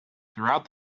throughout